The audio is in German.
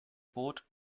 boots